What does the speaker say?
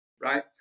Right